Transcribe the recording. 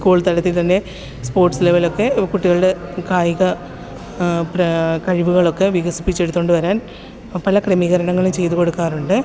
school തലത്തിൽ തന്നെ sports ലെവലിലൊക്കെ കുട്ടികൾ കായിക കഴിവുകളൊക്കെ വികസിപ്പിച്ചെടുത്തോണ്ട് വരാൻ പല ക്രമീകരണങ്ങളും ചെയ്തു കൊടുക്കാറുണ്ട്